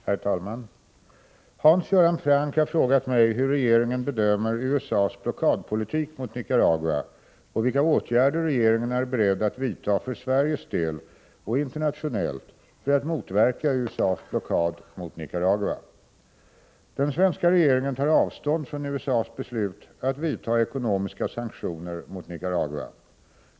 Herr talman! Hans Göran Franck har frågat mig hur regeringen bedömer USA:s blockadpolitik mot Nicaragua och vilka åtgärder regeringen är beredd att vidta för Sveriges del och internationellt för att motverka USA:s blockad mot Nicaragua. Den svenska regeringen tar avstånd från USA:s beslut att vidta ekonomiska sanktioner mot Nicaragua.